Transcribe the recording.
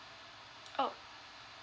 oh